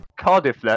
Cardiff